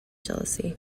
jealousy